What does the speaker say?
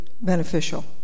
beneficial